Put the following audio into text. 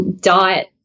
diet